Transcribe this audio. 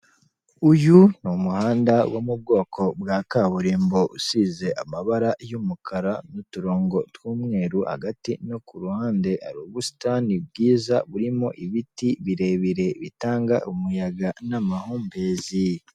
Uyu ni umuhanda wo mu bwoko bwa kaburimbo usize amabara y'umukara n'uturongo tw'umweru, hagati no ku ruhande ubusitani bwiza burimo ibiti birebire bitanga umuyaga n'amahumbezi.